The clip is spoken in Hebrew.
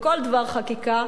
בכל דבר חקיקה,